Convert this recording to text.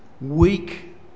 weak